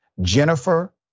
Jennifer